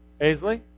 Aisley